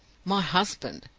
my husband!